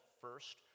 first